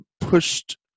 pushed